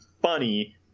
funny